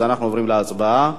אנחנו עוברים להצבעה.